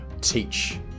teach